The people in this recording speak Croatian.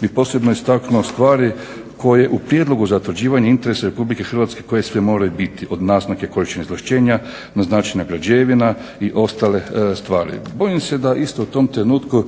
bi posebno istaknuo stvari koje u prijedlogu za utvrđivanje interesa Republike Hrvatske koje sve moraju biti od naznake … izvlaštenja, naznačena građevina i ostale stvari. Bojim se da isto u tom trenutku